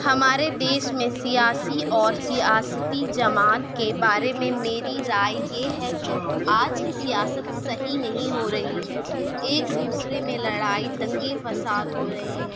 ہمارے دیش میں سیاسی اور سیاسی جماعت کے بارے میں میری رائے یہ ہے کہ آج کی سیاست صحیح نہیں ہو رہی ہے ایک دوسرے میں لڑائی دنگے فساد ہو رہے ہیں